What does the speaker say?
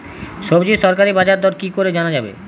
সবজির সরকারি বাজার দর কি করে জানা যাবে?